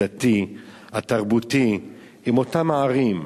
הדתי והתרבותי עם אותן הערים,